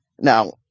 Now